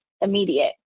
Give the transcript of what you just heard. immediate